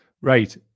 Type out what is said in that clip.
right